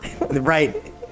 right